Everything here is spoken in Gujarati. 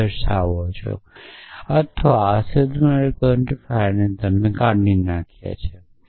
દૂર કરી દીધા નથી અથવા અસ્તિત્વમાં રહેલા ક્વોન્ટિફાયર્સને કાઢી નાખ્યાં છે